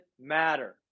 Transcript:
matter